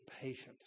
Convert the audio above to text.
patience